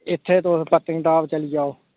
हांजी